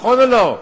נכון או לא?